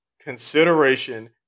consideration